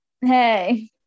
hey